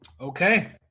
Okay